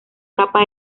capa